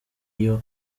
iyo